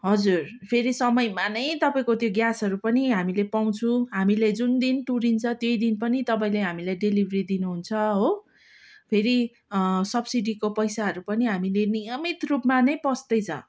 हजुर फेरि समयमा नै तपाईँको त्यो ग्यासहरू पनि हामीले पाउँछौँ हामीले जुन दिन तुरिन्छ त्यही दिन पनि तपाईँले हामीले डेलिभेरी दिनुहुन्छ हो फेरि सब्सिडीको पैसाहरू पनि हामीले नियमित रूपमा नै पस्दैछ